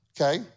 okay